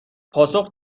پاسخ